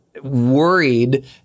worried